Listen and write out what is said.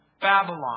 Babylon